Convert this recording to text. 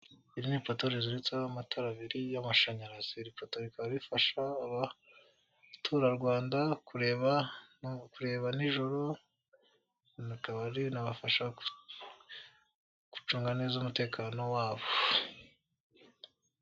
Iri ni ipoto riziretseho amatara abiri y'amashanyarazi, iri poto rikaba rifasha abaturarwanda kureba no kureba nijoro rikaba ribafasha gucunga neza umutekano wabo.